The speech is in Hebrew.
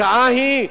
השעה היא,